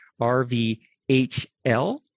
RVHL